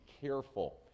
careful